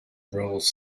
roles